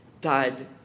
died